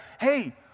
hey